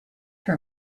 her